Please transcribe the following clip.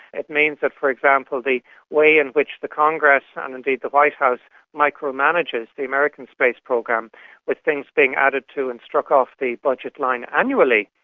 it means that, for example, the way in which the congress ah and indeed the white house micro-manages the american space program with things being added to and struck off the budget line annually,